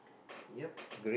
ya